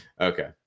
Okay